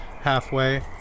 halfway